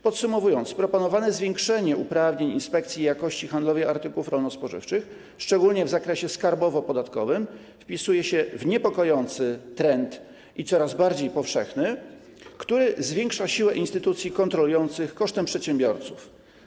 Podsumowując, proponowane zwiększenie uprawnień Inspekcji Jakości Handlowej Artykułów Rolno-Spożywczych, szczególnie w zakresie skarbowo-podatkowym, wpisuje się w niepokojący i coraz bardziej powszechny trend zwiększania siły instytucji kontrolujących kosztem przedsiębiorców.